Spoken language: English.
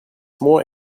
more